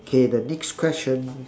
K the next question